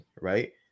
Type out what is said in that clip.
right